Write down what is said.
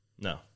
No